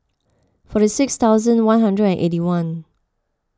forty six thousand one hundred and eighty one